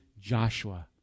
Joshua